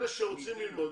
אלה שרוצים ללמוד,